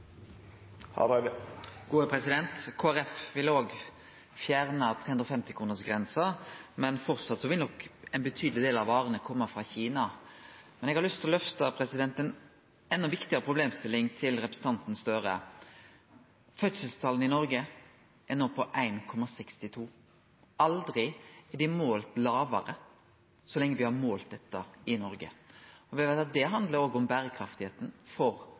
vil òg fjerne 350 kronersgrensa, men fortsatt vil nok ein betydeleg del av varene kome frå Kina. Men eg har lyst til å løfte ei endå viktigare problemstilling til representanten Gahr Støre: Fødselstala i Noreg er no på 1,62. Aldri er dei målt lågare så lenge vi har målt dette i Noreg.